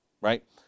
Right